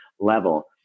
level